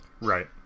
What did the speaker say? Right